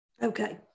Okay